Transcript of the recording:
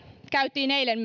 käytiin eilen